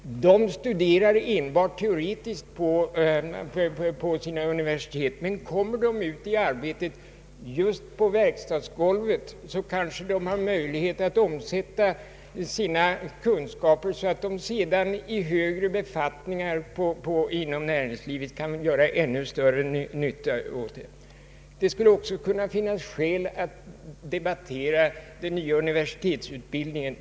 De studerar enbart teoretiskt vid universiteten, men om de ute i arbetslivet hamnar just på verkstadsgolvet kanske de får möjlighet att omsätta och vidga sina kunskaper genom kontakten med det verkliga livet så att de sedan i högre befattningar inom näringslivet kan göra ännu större nytta. Det skulle också kunna finnas skäl att debattera den nya universitetsutbildningen.